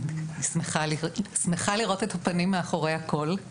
אני שמחה לראות את הפנים מאחורי הקול.